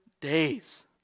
days